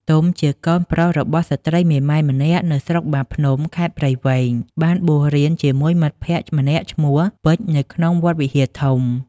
ទុំជាកូនប្រុសរបស់ស្រ្តីមេម៉ាយម្នាក់នៅស្រុកបាភ្នំ ខេត្តព្រៃវែង បានបួសរៀនជាមួយមិត្តភក្តិម្នាក់ឈ្មោះ ពេជ្រនៅក្នុងវត្តវិហារធំ។